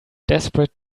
desperate